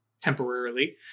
temporarily